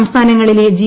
സംസ്ഥാനങ്ങളിലെ ജി